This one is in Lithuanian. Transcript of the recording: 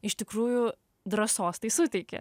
iš tikrųjų drąsos tai suteikė